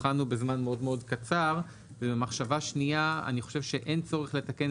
בחנו בזמן מאוד מאוד קצר ובמחשבה שנייה אני חושב שאין צורך לתקן